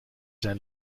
zijn